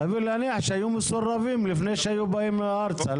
סביר להניח שהיו מסורבים לפני שהיו באים ארצה.